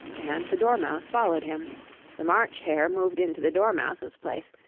and the dormouse followed him the march hare moved into the dormouse's place,